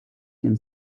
can